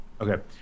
Okay